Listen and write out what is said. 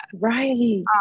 right